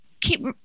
keep